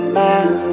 man